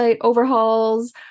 overhauls